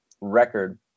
record –